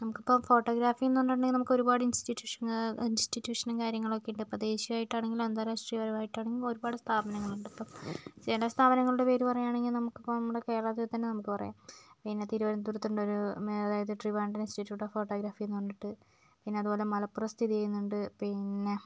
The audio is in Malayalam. നമുക്കിപ്പോൾ ഫോട്ടോഗ്രാഫിന്ന് പറഞ്ഞിട്ടുണ്ടങ്കിൽ നമുക്ക് ഒരുപാട് ഇൻസ്റ്റിറ്റ്യൂഷൻ ഇൻസ്റ്റിറ്റ്യൂഷൻ കാര്യങ്ങളൊക്കെയുണ്ട് അപ്പോൾ ദേശിയമായിട്ടാണെങ്കിലും അന്താരാഷ്ട്രീയ പരമായിട്ടാണെങ്കിലും ഒരു പാട് സ്ഥാപനങ്ങളുണ്ട് അപ്പോൽ ചില സ്ഥാപനങ്ങളുടെ പേര് പറയുകയാണെങ്കിൽ നമുക്ക് അപ്പം നമ്മുടെ കേരളത്തിൽ തന്നെ നമുക്ക് പറയാം പിന്നെ തിരുവനന്തപുരത്തുണ്ടൊരു അതായത് ട്രിവാൻഡ്രം ഇൻസ്റ്റിറ്റ്യൂട്ട് ഓഫ് ഫോട്ടോഗ്രാഫി എന്ന് പറഞ്ഞിട്ട് പിന്നെ അതുപോലെ മലപ്പുറത്ത് സ്ഥിതിചെയ്യുന്നുണ്ട് പിന്നെ